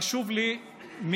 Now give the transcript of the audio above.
שחשוב לי מאוד.